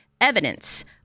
evidence